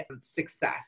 success